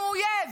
הוא אויב,